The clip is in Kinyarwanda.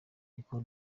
niko